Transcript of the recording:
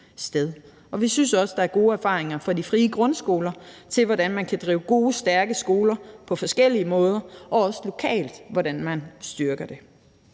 Vi synes jo også, at der er gode erfaringer fra de frie grundskoler med, hvordan man kan drive gode, stærke skoler på forskellige måder, og også lokalt med, hvordan man styrker det.